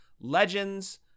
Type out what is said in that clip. legends